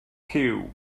cyw